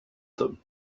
them